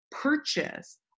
purchase